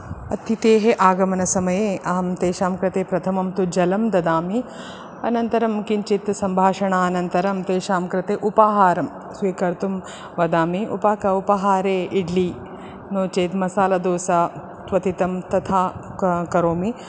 अतिथेः आगमनसमये अहं तेषां कृते प्रथमं तु जलं ददामि अनन्तरं किञ्चित् सम्भाषणानन्तरं तेषां कृते उपाहारं स्वीकर्तुं वदामि उपाक उपहारे इड्लि नो चेत् मसालदोसा क्वथितं तथा करोमि